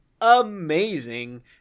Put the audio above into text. amazing